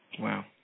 Wow